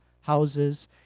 houses